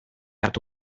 hartu